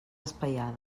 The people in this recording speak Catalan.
espaiades